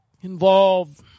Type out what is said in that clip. involved